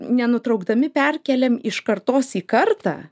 nenutraukdami perkeliam iš kartos į kartą